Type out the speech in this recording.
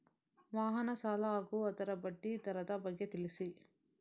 ವಾಹನ ಸಾಲ ಹಾಗೂ ಅದರ ಬಡ್ಡಿ ದರದ ಬಗ್ಗೆ ತಿಳಿಸಿ?